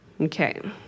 Okay